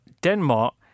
Denmark